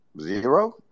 Zero